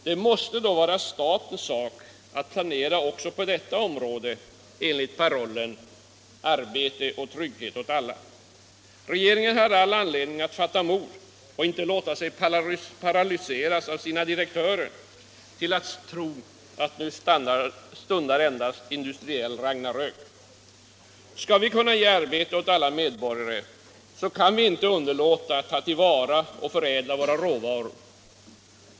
Det måste då vara statens sak att planera också på detta område enligt parollen ”arbete och trygghet åt alla”. Regeringen har all anledning att fatta mod och inte låta sig paralyseras av sina direktörer till att tro att nu stundar industriell ragnarök. Skall vi kunna ge arbete åt alla medborgare, så kan vi inte underlåta att ta till vara och förädla våra råvaror.